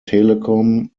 telecom